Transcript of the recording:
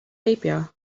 heibio